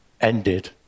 ended